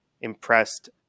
impressed